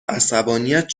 عصبانیت